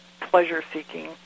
pleasure-seeking